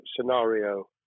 scenario